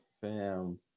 fam